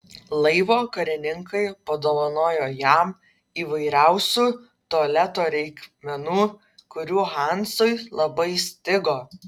laivo karininkai padovanojo jam įvairiausių tualeto reikmenų kurių hansui labai stigo